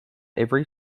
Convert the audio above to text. every